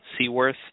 Seaworth